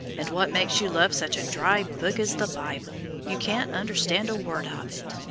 and what makes you love such a dry book as the bible? you can't understand a word of it.